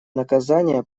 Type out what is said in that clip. наказание